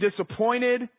disappointed